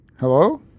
Hello